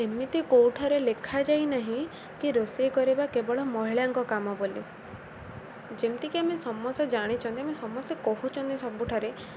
ଏମିତି କେଉଁଠାରେ ଲେଖାାଯାଇନାହିଁ କି ରୋଷେଇ କରିବା କେବଳ ମହିଳାଙ୍କ କାମ ବୋଲି ଯେମିତିକି ଆମେ ସମସ୍ତେ ଜାଣିଛନ୍ତି ଆମେ ସମସ୍ତେ କହୁଛନ୍ତି ସବୁଠାରେ